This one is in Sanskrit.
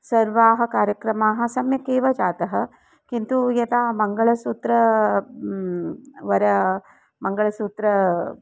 सर्वे कार्यक्रमाः सम्यक् एव जाताः किन्तु यदा मङ्गलसूत्रं वरः मङ्गलसूत्रम्